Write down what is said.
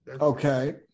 Okay